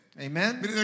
Amen